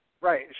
Right